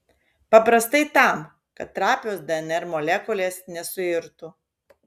paprastai tam kad trapios dnr molekulės nesuirtų